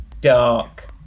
dark